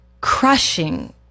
crushing